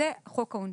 זה חוק העונשין.